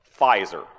Pfizer